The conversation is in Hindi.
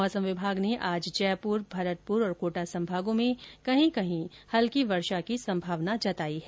मौसम विभाग ने आज जयपूर भरतपूर और कोटा संभागों में कहीं कहीं हल्की वर्षा की संभावना जताई है